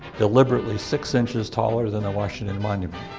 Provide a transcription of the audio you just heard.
deliberately six inches taller than washington monument.